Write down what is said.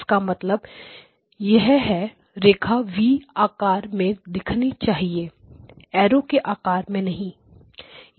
इसका मतलब यह है रेखा V आकार में दिखनी चाहिए एरो के आकार में नहीं